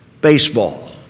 baseball